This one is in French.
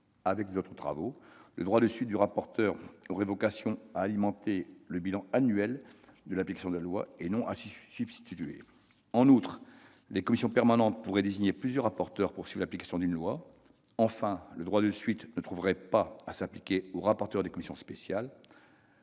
avec les autres travaux : l'exercice du droit de suite du rapporteur aurait vocation à alimenter le bilan annuel de l'application des lois, non à s'y substituer. En outre, les commissions permanentes pourraient désigner plusieurs rapporteurs pour suivre l'application d'une loi. Enfin, le droit de suite ne concernerait pas les rapporteurs des commissions spéciales.